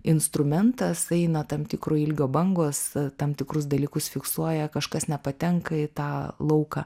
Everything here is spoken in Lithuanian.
instrumentas eina tam tikro ilgio bangos tam tikrus dalykus fiksuoja kažkas nepatenka į tą lauką